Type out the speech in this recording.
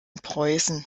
preußen